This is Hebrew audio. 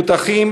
מפותחים